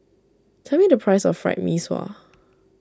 tell me the price of Fried Mee Sua